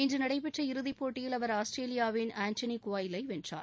இன்று நடைபெற்ற இறுதிப் போட்டியில் அவர் ஆஸ்திரேலியாவிள் ஆண்டனி குவாயில் ஐ வென்றார்